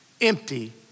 empty